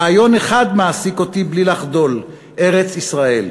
רעיון אחד מעסיק אותי בלי לחדול, ארץ-ישראל.